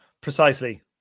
Precisely